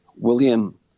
William